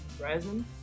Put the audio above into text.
present